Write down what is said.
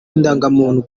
indangamuntu